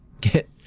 get